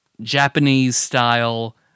Japanese-style